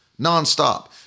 nonstop